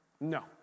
No